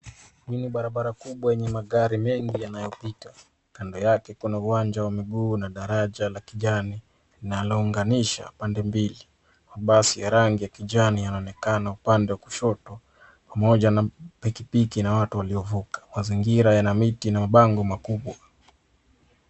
Hii ni barabara kubwa yenye magari mengi yanayopita. Kando yake kuna uwanja wa miguu na daraja la kijani linalounganisha pande mbili. Mabasi ya rangi ya kijani yanaonekana upande wa kushoto pamoja na pikipiki na watu waliovuka. Mazingira yana miti na mabango makubwa.